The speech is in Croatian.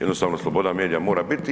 Jednostavno sloboda medija mora biti.